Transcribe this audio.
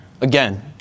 again